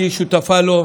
את תהיי שותפה לו,